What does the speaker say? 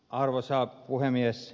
arvoisa puhemies